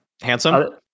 Handsome